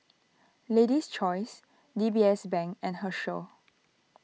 Lady's Choice D B S Bank and Herschel